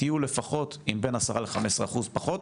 תהיו לפחות עם בין 10% ל-15% פחות,